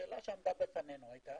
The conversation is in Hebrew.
והשאלה שעמדה בפנינו היתה